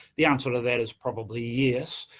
the answer to that is probably yes.